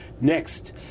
Next